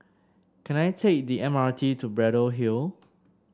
can I take the M R T to Braddell Hill